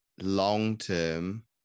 long-term